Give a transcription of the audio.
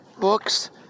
books